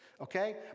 Okay